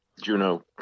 Juno